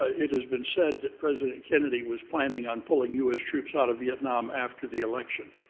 ah it has been said that president kennedy was planning on pulling us troops out of vietnam after the election,